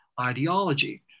ideology